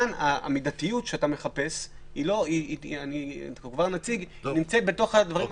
המידיות שאתה מחפש נמצאת בתוך הדברים עצמם.